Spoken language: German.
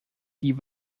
die